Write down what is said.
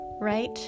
Right